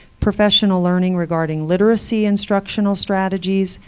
professional learning regarding literacy instructional strategies,